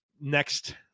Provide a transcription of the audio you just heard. next